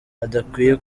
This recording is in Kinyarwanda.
adakwiye